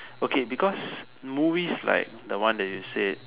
okay because movies like the one that you say